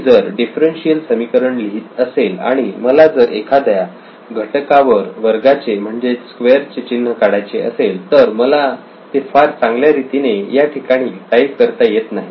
मी जर डिफरन्शिअल समीकरण लिहीत असेल आणि मला जर एखाद्या घटकावर वर्गाचे म्हणजेच स्क्वेअर चे चिन्ह काढायचे असेल तर मला ते फार चांगल्या रीतीने या ठिकाणी टाईप करता येत नाही